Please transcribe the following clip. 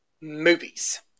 Movies